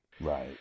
Right